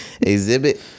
Exhibit